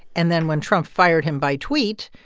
and then when trump fired him by tweet,